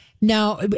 now